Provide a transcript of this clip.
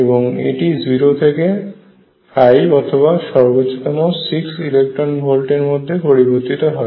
এবং এটি 0 থেকে 5 অথবা সর্বোচ্চ তম 6 ইলেকট্রন ভোল্ট এর মধ্যে পরিবর্তিত হয়